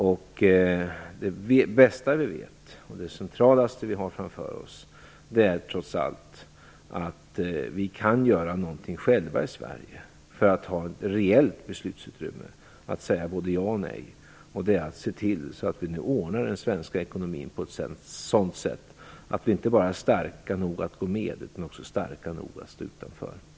Det vi vet bäst och det mest centrala vi har framför oss är trots allt att vi kan göra någonting själva i Sverige för att ha ett reellt beslutsutrymme för att säga antingen ja eller nej. Vi får se till att vi nu ordnar den svenska ekonomin på sådant sätt att vi inte bara är starka nog att gå med, utan också starka nog att stå utanför.